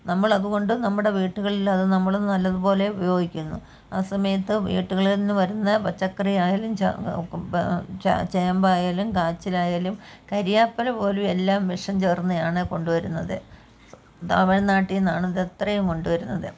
നമ്മളതുകൊണ്ട് നമ്മുടെ വീട്ടുകളിൽ അത് നമ്മളും നല്ലതുപോലെ ഉപയോഗിക്കുന്നു ആ സമയത്ത് വീടുകളിൽ നിന്ന് വരുന്ന പച്ചക്കറി ആയാലും ചേമ്പായാലും കാച്ചിലായാലും കരിയാപ്പില പോലും എല്ലാം വിഷം ചേർന്നതാണ് കൊണ്ട് വരുന്നത് തമിഴ്നാട്ടിൽ നിന്നാണ് ഇത് അത്രയും കൊണ്ടുവരുന്നത്